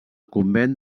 convent